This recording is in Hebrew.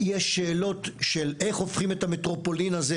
יש שאלות של איך הופכים את המטרופולין הזה